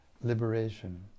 liberation